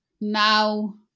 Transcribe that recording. now